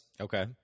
okay